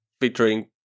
featuring